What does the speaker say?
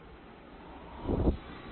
இங்கே உங்களிடம் cos A B சொற்கூறு இருக்கும்